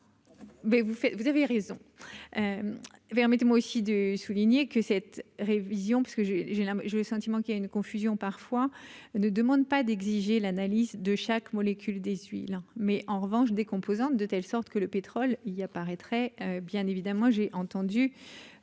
vous avez raison et permettez-moi aussi de souligner que cette révision parce que j'ai j'ai je le sentiment qu'il a une confusion parfois ne demande pas d'exiger l'analyse de chaque molécule des celui-là, mais en revanche des composantes de telle sorte que le pétrole, il apparaîtrait bien évidemment, j'ai entendu